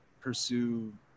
pursue